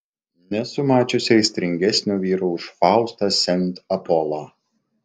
nesu mačiusi aistringesnio vyro už faustą sent apolą